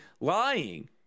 lying